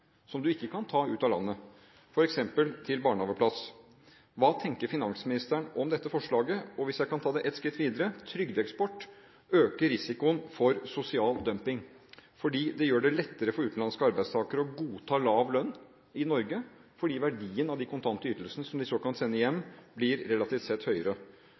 som en ikke kan ta ut av landet, f.eks. barnehageplass. Hva tenker finansministeren om dette forslaget? Hvis jeg kan ta det ett skritt videre: Trygdeeksport øker risikoen for sosial dumping, for det gjør det lettere for utenlandske arbeidstakere å godta lav lønn i Norge fordi verdien av de kontante ytelsene som de kan sende hjem, blir relativt sett høyere.